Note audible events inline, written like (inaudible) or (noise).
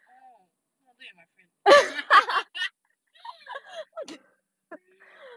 oh no wonder you are my friend (laughs)